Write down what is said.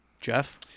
Jeff